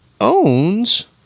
owns